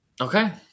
Okay